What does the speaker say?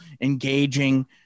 engaging